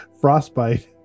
Frostbite